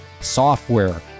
software